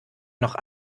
noch